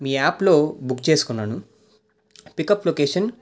మీ యాప్లో బుక్ చేసుకున్నాను pickup location